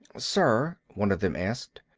sir, one of them asked,